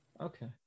okay